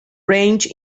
range